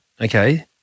okay